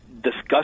discuss